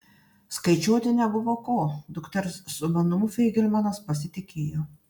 skaičiuoti nebuvo ko dukters sumanumu feigelmanas pasitikėjo